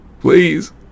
Please